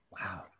Wow